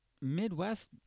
Midwest